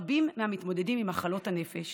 רבים מהמתמודדים עם מחלות הנפש